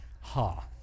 Ha